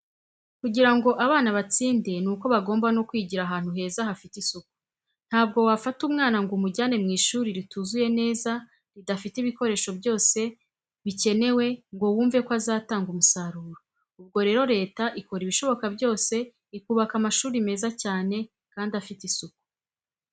Kugira ngo abana batsinde ni uko bagomba no kwigira ahantu heza hafite isuku. Ntabwo wafata umwana ngo umujyane mu ishuri rituzuye neza, ridafite ibikoresho byose bikenewe ngo wumve ko azatanga umusaruro. ubwo rero leta ikora ibishoboka byose ikubaka amashuri meza cyane kandi afite isuku.